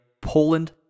Poland